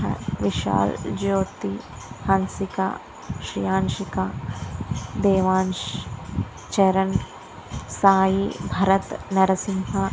Vishal Jyothi Hansika Shriyanshika Devansh Charan Sai Bharath Narasimha